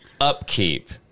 upkeep